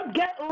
get